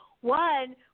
One